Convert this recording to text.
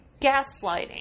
Gaslighting